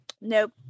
nope